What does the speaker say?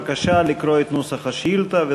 בבקשה לקרוא את נוסח השאילתה,